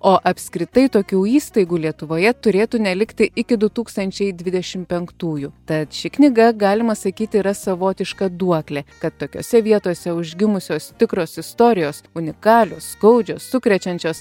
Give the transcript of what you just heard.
o apskritai tokių įstaigų lietuvoje turėtų nelikti iki du tūkstančiai dvidešimt penktųjų tad ši knyga galima sakyti yra savotiška duoklė kad tokiose vietose užgimusios tikros istorijos unikalios skaudžios sukrečiančios